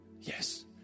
yes